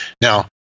Now